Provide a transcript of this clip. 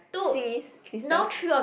Xin Yi's sisters